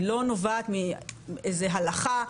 היא לא נובעת מאיזה הלכה.